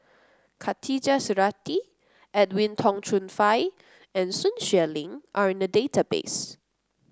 Khatijah Surattee Edwin Tong Chun Fai and Sun Xueling are in the database